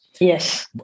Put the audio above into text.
Yes